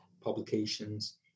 publications